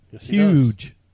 Huge